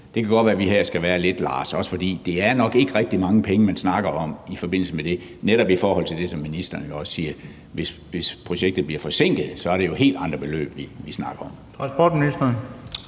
godt kan være, at vi her skal være lidt large, også fordi det nok ikke er rigtig mange penge, man snakker om i forbindelse med det, i forhold til det, som ministeren også siger, nemlig hvis projektet bliver forsinket. For så er det jo helt andre beløb, vi snakker om.